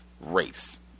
race